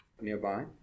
nearby